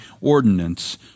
ordinance